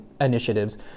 initiatives